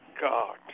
God